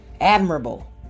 admirable